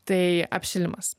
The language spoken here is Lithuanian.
tai apšilimas